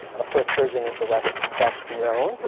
of course, persian is the west's best known.